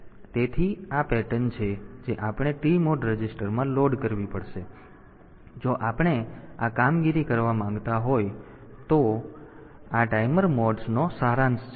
તેથી આ પેટર્ન છે જે આપણે TMOD રજિસ્ટરમાં લોડ કરવી પડશે જો આપણે આ કામગીરી કરવા માંગતા હોય તો આ ટાઈમર મોડ્સ નો સારાંશ છે